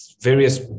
various